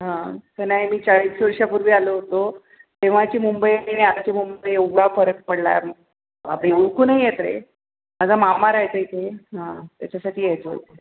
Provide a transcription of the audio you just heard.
हा पण नाही मी चाळीस वर्षापूर्वी आलो होतो तेव्हाची मुंबई आणि आताची मुंबई एवढा फरक पडला आहे बापरे ओळखू नाही येत रे माझा मामा राहायचा इथे हा त्याच्यासाठी यायचो